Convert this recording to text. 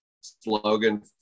slogan